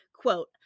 Quote